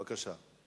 בבקשה.